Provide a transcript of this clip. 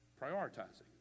prioritizing